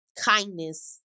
kindness